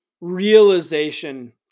realization